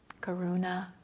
karuna